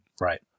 Right